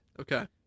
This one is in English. Okay